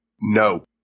No